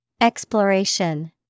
Exploration